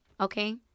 Okay